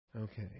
Okay